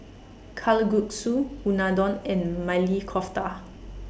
Kalguksu Unadon and Maili Kofta